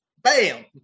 bam